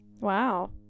Wow